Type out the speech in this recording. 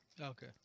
okay